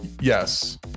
Yes